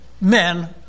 men